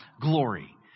glory